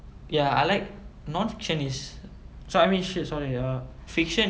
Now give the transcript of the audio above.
ya I like non fiction is so I mean shit ya I mean err fiction is